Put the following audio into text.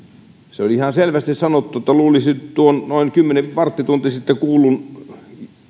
se oli ihan selvästi sanottu luulisi tuon noin varttitunti sitten kuullun